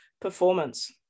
performance